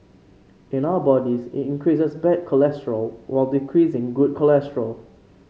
in our bodies it increases bad cholesterol while decreasing good cholesterol